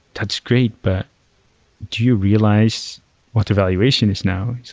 that's great, but do you realize what evaluation is now. he's